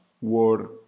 war